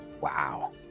Wow